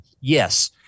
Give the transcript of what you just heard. yes